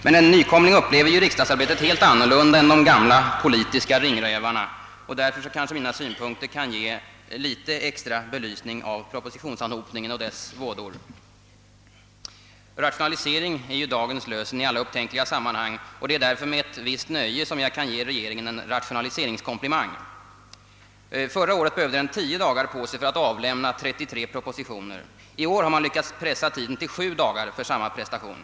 Men en nykomling upplever riksdagsarbetet på ett helt annat sätt än de gamla politiska ringrävarna, och därför kanske mina synpunkter kan ge litet extra belysning av propositionsanhopningen och dess vådor. Rationalisering är ju dagens lösen i alla upptänkliga sammanhang, och det är därför med ett visst nöje jag kan ge regeringen en rationaliseringskomplimang. Förra året behövde regeringen tio dagar på sig för att avlämna 33 propositioner — i år har regeringen lyckats pressa tiden till sju dagar för samma prestation.